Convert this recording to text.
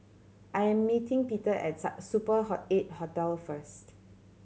I am meeting Peter at a Super Eight Hotel first